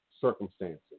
circumstances